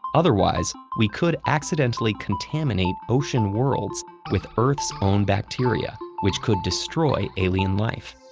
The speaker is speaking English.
otherwise we could accidentally contaminate ocean worlds with earth's own bacteria, which could destroy alien life.